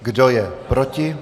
Kdo je proti?